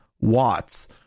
watts